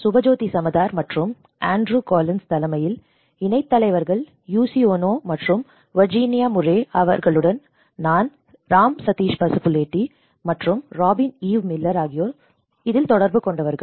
சுபஜோதி சமதார் மற்றும் Andrew Collins தலைமையில் இணைத் தலைவர்கள் யுச்சி ஓனோ மற்றும் வர்ஜீனியா முர்ரே அவர்களுடன் நான் ராம் சதீஷ் பசுபுலேட்டி மற்றும் ராபின் ஈவ் மில்லர் ஆகியோர் தொடர்பு கொண்டவர்கள்